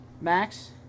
Max